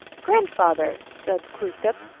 grandfather, said glooskap,